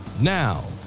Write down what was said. Now